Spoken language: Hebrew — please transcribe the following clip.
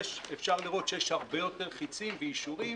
אפשר לראות שיש הרבה יותר חיצים ואישורים,